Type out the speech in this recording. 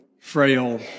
frail